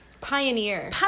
Pioneer